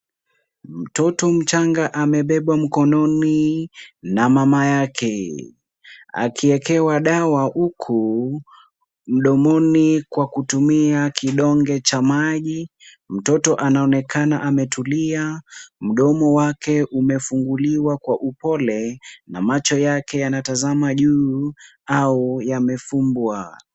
Mtoto mchanga amebebwa mkononi na mama yake, akiwekewa dawa huku mdomoni kwa kutumia kidonge cha maji. Mtoto anaonekana ametulia, mdomo wake umefunguliwa kwa upole na macho yake yanatazama juu au yamefumbwa.